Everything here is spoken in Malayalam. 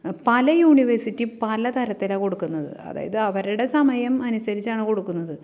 പല യൂണിവേഴ്സിറ്റി പല തരത്തിലാണ് കൊടുക്കു ന്നത് അതായത് അവരുടെ സമയം അനുസരിച്ചാണ് കൊടുക്കുന്നത്